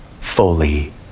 fully